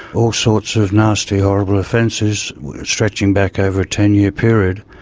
all sorts of nasty horrible offences stretching back over a ten year period.